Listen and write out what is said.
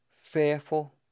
fearful